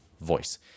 voice